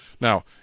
Now